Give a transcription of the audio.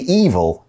evil